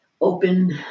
open